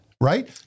right